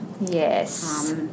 Yes